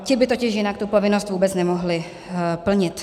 Ti by totiž jinak tu povinnost vůbec nemohli plnit.